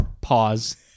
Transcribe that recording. pause